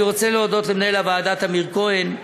אני רוצה להודות למנהל הוועדה טמיר כהן,